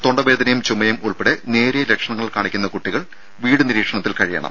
തൊണ്ടവേദനയും ചുമയും ഉൾപ്പെടെ നേരിയ ലക്ഷണങ്ങൾ കാണിക്കുന്ന കുട്ടികൾ വീട്ടുനിരീക്ഷണത്തിൽ കഴിയണം